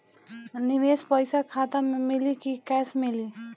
निवेश पइसा खाता में मिली कि कैश मिली?